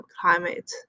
climate